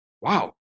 wow